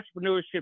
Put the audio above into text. entrepreneurship